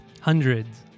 hundreds